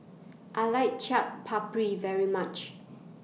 I like Chaat Papri very much